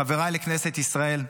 חבריי לכנסת ישראל,